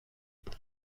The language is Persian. کاش